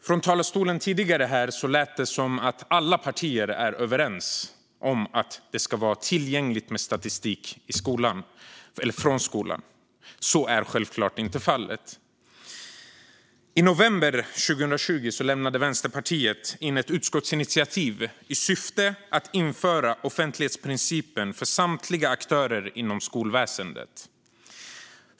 Från talarstolen här lät det tidigare som att alla partier är överens om att statistik från skolan ska vara tillgänglig. Så är självklart inte fallet. I november 2020 lämnade Vänsterpartiet in ett förslag till utskottsinitiativ i syfte att införa offentlighetsprincipen för samtliga aktörer inom skolväsendet.